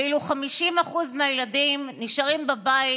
ואילו 50% מהילדים נשארים בבית,